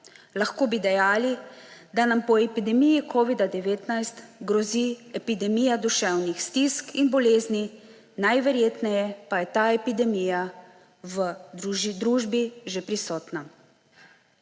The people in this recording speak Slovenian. Lahko bi dejali, da nam po epidemiji covida-19 grozi epidemija duševnih stisk in bolezni, najverjetneje pa je ta epidemija v družbi že prisotna.